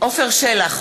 עפר שלח,